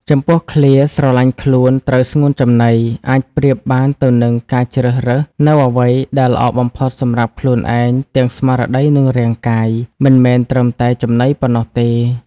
ចំពោះឃ្លា ស្រឡាញ់ខ្លួន ត្រូវស្ងួនចំណី អាចប្រៀបបានទៅនឹងការជ្រើសរើសនូវអ្វីដែលល្អបំផុតសម្រាប់ខ្លួនឯង ទាំងស្មារតីនិងរាងកាយ មិនមែនត្រឹមតែចំណីប៉ុណ្ណោះទេ។